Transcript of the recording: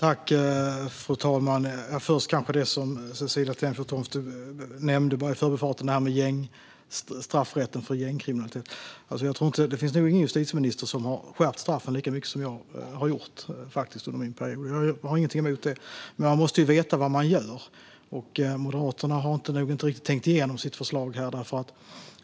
Fru talman! När det gäller straffrätten för gängkriminalitet, som Cecilie Tenfjord Toftby bara nämnde i förbifarten, tror jag inte att det finns någon justitieminister som har skärpt straffen lika mycket som jag har gjort under min period. Jag har ingenting emot det. Men man måste veta vad man gör, och Moderaterna har nog inte riktigt tänkt igenom sitt förslag.